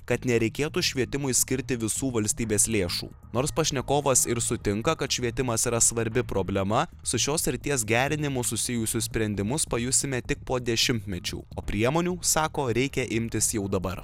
kad nereikėtų švietimui skirti visų valstybės lėšų nors pašnekovas ir sutinka kad švietimas yra svarbi problema su šios srities gerinimu susijusius sprendimus pajusime tik po dešimtmečių o priemonių sako reikia imtis jau dabar